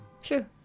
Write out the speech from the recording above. Sure